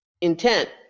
intent